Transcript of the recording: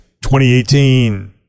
2018